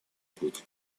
путь